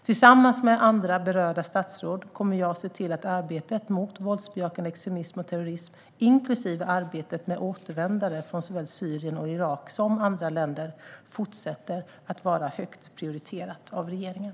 Tillsammans med andra berörda statsråd kommer jag att se till att arbetet mot våldsbejakande extremism och terrorism, inklusive arbetet med återvändare från såväl Syrien och Irak som andra länder, fortsätter att vara högt prioriterat av regeringen.